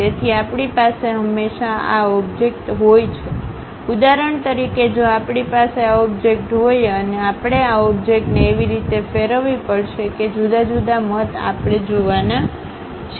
તેથી આપણી પાસે હંમેશાં આ ઓબ્જેક્ટ હોય છે ઉદાહરણ તરીકે જો આપણી પાસે આ ઓબ્જેક્ટ હોય આપણે આ ઓબ્જેક્ટને એવી રીતે ફેરવવી પડશે કે જુદા જુદા મત આપણે જોવાના છીએ